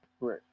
Right